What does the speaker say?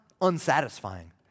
unsatisfying